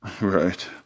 Right